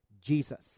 Jesus